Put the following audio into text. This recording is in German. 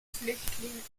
flüchtling